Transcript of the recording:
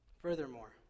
Furthermore